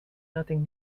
nothing